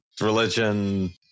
religion